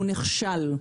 והוא נכשל.